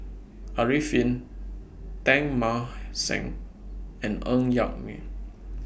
Arifin Teng Mah Seng and Ng Yak Whee